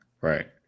Right